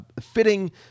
fitting